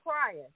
crying